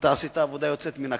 עשית עבודה יוצאת מן הכלל.